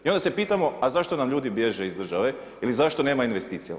I onda se pitamo, a zašto nam ljudi bježe iz države ili zašto nema investicija?